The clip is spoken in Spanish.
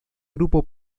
grupo